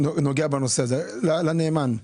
הנאמן,